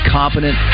competent